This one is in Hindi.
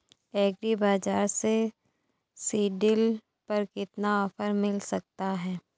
एग्री बाजार से सीडड्रिल पर कितना ऑफर मिल सकता है?